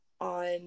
on